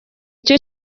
cyo